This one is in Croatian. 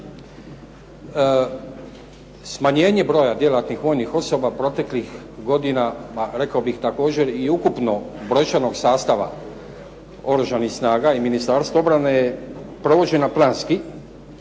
Smanjenje broja djelatnih vojnih osoba proteklih godina, a rekao bih također i ukupno brojčanog sastava Oružanih snaga i Ministarstvo obrane je provođena planski,